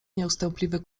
nieustępliwy